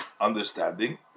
understanding